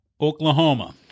Oklahoma